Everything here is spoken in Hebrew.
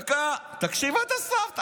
דקה, תקשיב עד הסוף.